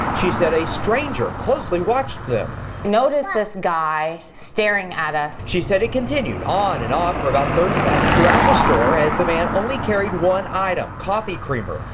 she said a stranger closely watched the noticed this guy staring at us. reporter she said it continued on and off for about thirty minutes throughout the store as the man only carried one item, coffee creamery.